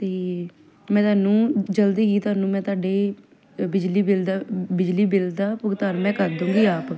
ਅਤੇ ਮੈਂ ਤੁਹਾਨੂੰ ਜਲਦੀ ਹੀ ਤੁਹਾਨੂੰ ਮੈਂ ਤੁਹਾਡੇ ਬਿਜਲੀ ਬਿੱਲ ਦਾ ਬਿਜਲੀ ਬਿੱਲ ਦਾ ਭੁਗਤਾਨ ਮੈਂ ਕਰ ਦੂੰਗੀ ਆਪ